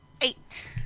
Eight